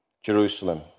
Jerusalem